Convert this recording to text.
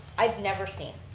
i've never seen.